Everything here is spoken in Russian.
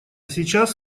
сейчас